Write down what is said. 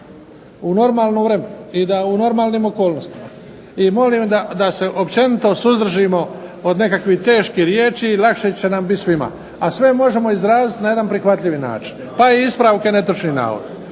u normalnom vremenu i normalnim okolnostima. I molim da se općenito suzdržimo od nekakvih teških riječi i lakše će nam biti svima. A sve možemo izraziti na jedan prihvatljivi način, pa i ispravke netočnih navoda.